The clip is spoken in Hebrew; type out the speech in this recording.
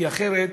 כי אחרת